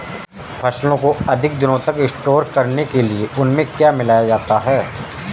फसलों को अधिक दिनों तक स्टोर करने के लिए उनमें क्या मिलाया जा सकता है?